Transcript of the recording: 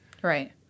Right